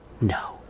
No